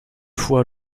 fois